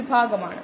128 ആണ്